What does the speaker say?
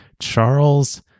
Charles